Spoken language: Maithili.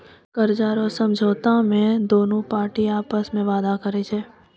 कर्जा रो समझौता मे दोनु पार्टी आपस मे वादा करै छै